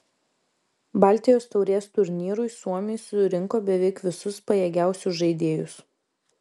baltijos taurės turnyrui suomiai surinko beveik visus pajėgiausius žaidėjus